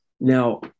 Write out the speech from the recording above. Now